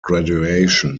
graduation